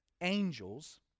angels